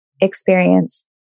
experience